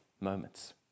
moments